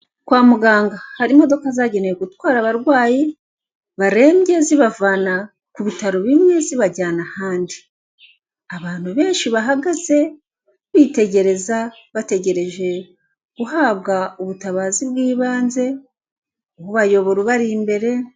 Kwa muganga hari imodoka zagenewe gutwara abarwayi barembye zibavana ku bitaro bimwe zibajyana ahandi, abantu benshi bahagaze bitegereza bategereje guhabwa ubutabazi bw'ibanze kubayobora ubari imbere.